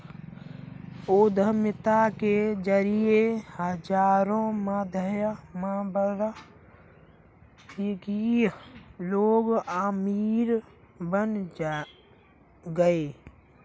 उद्यमिता के जरिए हजारों मध्यमवर्गीय लोग अमीर बन गए